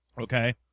Okay